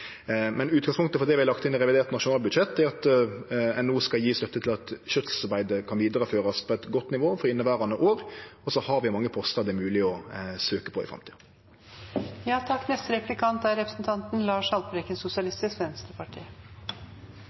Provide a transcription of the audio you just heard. Men utgangspunktet for det vi har lagt inn i revidert nasjonalbudsjett, er at ein no skal gje støtte til at skjøtselsarbeidet kan vidareførast på eit godt nivå for inneverande år, og så har vi mange postar det er mogeleg å søkje på i